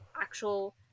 actual